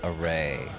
array